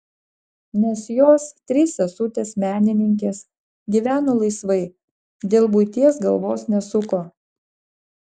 nes jos trys sesutės menininkės gyveno laisvai dėl buities galvos nesuko